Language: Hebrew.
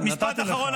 נתתי לך, מספיק.